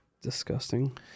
disgusting